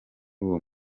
uwo